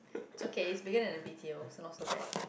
it's okay is bigger than the b_t_os so not so bad